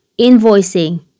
invoicing